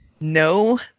No